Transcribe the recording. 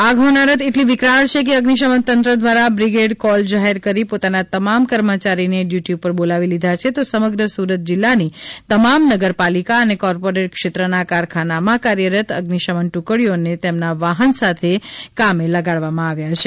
આગ હોનારત એટલી વિકરાળ છે કે અઝિશમન તંત્ર દ્વારા બ્રિગેડ કોલ જાહેર કરી પોતાના તમામ કર્મચારી ને ડ્યૂટિ ઉપર બોલાવી લીધા છે તો સમગ્ર સુરત જિલ્લા ની તમામ નગરપાલિકા તથા કોર્પોરેટ ક્ષેત્ર ના કારખાના માં કાર્યરત અઝિશમન ટુકડીઓ ને તેમના વાહન સાથે અઠી કામે લગાડવામાં આવી છે